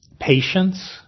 patience